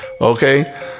okay